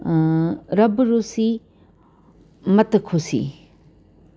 रब रुसी मत खुसी